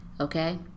Okay